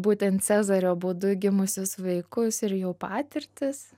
būtent cezario būdu gimusius vaikus ir jų patirtis